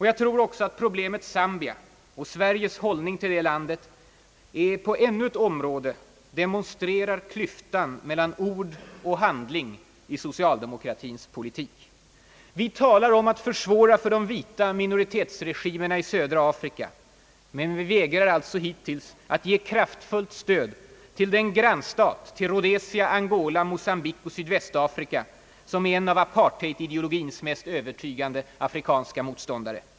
Jag tror att problemet Zambia och Sveriges hållning till det landet på ännu ett område demonstrerar klyftan mellan ord och handling i socialdemokratins politik. Vi talar om att försvåra för de vita minoritetsregimerna i södra Afrika — men vi vägrar alltså hittills att ge ett kraftfullt stöd till den grannstat till Rhodesia, Angola, Mocambique och Sydvästafrika, som är en av apartheidideologins mest övertygande afrikanska motståndare.